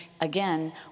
again